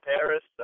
Paris